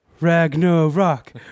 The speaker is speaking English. Ragnarok